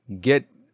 get